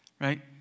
right